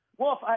Wolf